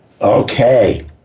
Okay